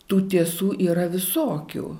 tų tiesų yra visokių